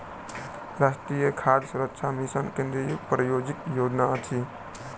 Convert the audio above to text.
राष्ट्रीय खाद्य सुरक्षा मिशन केंद्रीय प्रायोजित योजना अछि